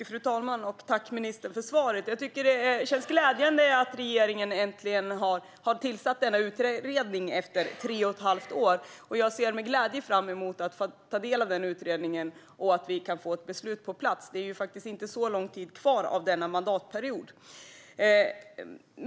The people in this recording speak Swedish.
Fru talman! Jag tackar ministern för svaret. Det är glädjande att regeringen äntligen, efter tre och ett halvt år, har tillsatt en utredning. Jag ser med glädje fram emot att ta del av denna utredning och att vi kan få ett beslut på plats. Det är ju inte så lång tid kvar av denna mandatperiod.